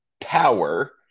power